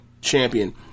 champion